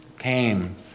Came